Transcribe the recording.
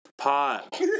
Pot